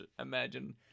imagine